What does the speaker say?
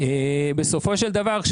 בסופו של דבר,